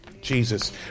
Jesus